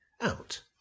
Out